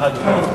אובמה?